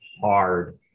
hard